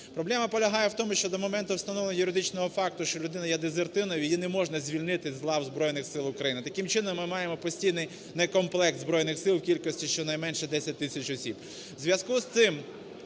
Проблема полягає в тому, що до моменту встановлення юридичного факту, що людина є дезертиром, її не можна звільнити з лав Збройних Сил України. Таким чином, ми маємо постійний некомплект Збройних Сил у кількості щонайменше десять тисяч осіб.